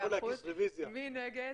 מי נגד?